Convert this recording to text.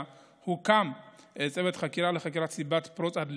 הוקם צוות חקירה לחקירת סיבת פרוץ הדלקה.